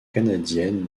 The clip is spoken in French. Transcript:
canadienne